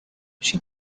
she